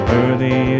Worthy